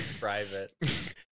private